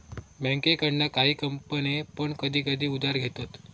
बँकेकडना काही कंपने पण कधी कधी उधार घेतत